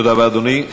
תודה רבה, אדוני.